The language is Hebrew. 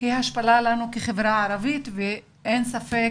היא השפלה לנו כחברה ערבית, ואין ספק,